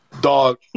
Dog